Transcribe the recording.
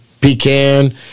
pecan